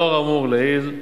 לאור האמור לעיל,